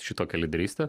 šitokią lyderystę